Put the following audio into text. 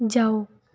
जाओ